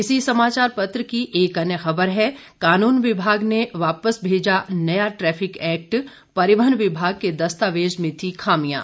इसी समाचार पत्र की एक अन्य खबर है कानून विभाग ने वापस भेजा नया ट्रैफिक एक्ट परिवहन विभाग के दस्तावेज में थी खामियां